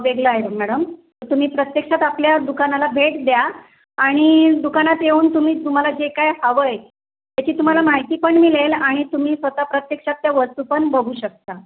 वेगळं आहे मॅडम तर तुम्ही प्रत्यक्षात आपल्या दुकानाला भेट द्या आणि दुकानात येऊन तुम्ही तुम्हाला जे काय हवं आहे त्याची तुम्हाला माहिती पण मिळेल आणि तुम्ही स्वतः प्रत्यक्षात त्या वस्तू पण बघू शकता